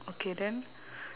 okay then